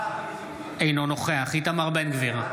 אינו נוכח איתמר בן גביר,